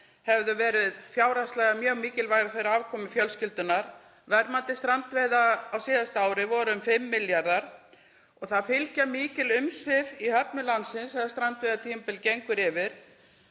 hefðu verið fjárhagslega mjög mikilvægar fyrir afkomu fjölskyldunnar. Verðmæti strandveiða á síðasta ári var um 5 milljarðar. Það fylgja mikil umsvif í höfnum landsins þegar strandveiðitímabilið gengur yfir.